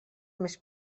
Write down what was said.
més